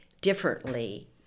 differently